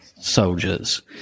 soldiers